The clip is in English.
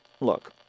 Look